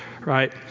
right